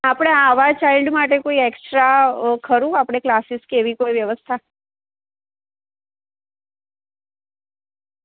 આપણે આવા ચાઈલ્ડ માટે કોઈ એકસ્ટ્રા ખરું આપણે કોઈ ક્લાસીસ કે એવી કોઈ વ્યવસ્થા